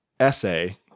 essay